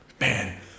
man